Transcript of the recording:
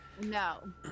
No